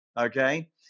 okay